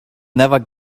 never